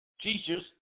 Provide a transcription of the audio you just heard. teachers